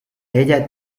ella